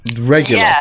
regular